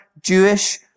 Jewish